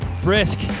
Brisk